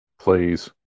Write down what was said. Please